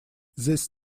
this